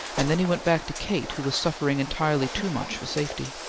and then he went back to kate who was suffering entirely too much for safety.